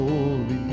Holy